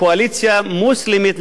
מוסלמית,